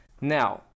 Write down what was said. Now